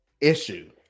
issue